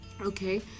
Okay